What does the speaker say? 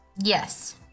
Yes